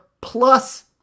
plus